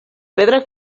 pedra